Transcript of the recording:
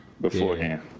beforehand